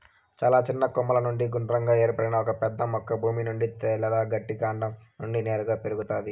చాలా చిన్న కొమ్మల నుండి గుండ్రంగా ఏర్పడిన ఒక పెద్ద మొక్క భూమి నుండి లేదా గట్టి కాండం నుండి నేరుగా పెరుగుతాది